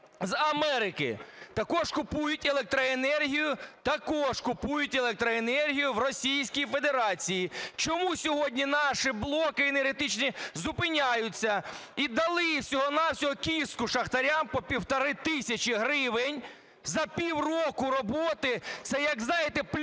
з Америки? Також купують електроенергію – також купують електроенергію! – в Російській Федерації. Чому сьогодні наші блоки енергетичні зупиняються? І дали всього-на-всього "кістку" шахтарям по півтори тисячі гривень за півроку роботи! Це як, знаєте,